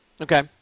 Okay